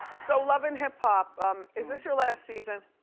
so love and hip hop is this your last season?